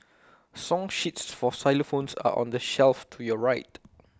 song sheets for xylophones are on the shelf to your right